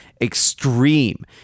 extreme